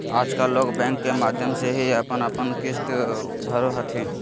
आजकल लोग बैंक के माध्यम से ही अपन अपन किश्त भरो हथिन